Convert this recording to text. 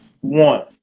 one